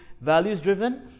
values-driven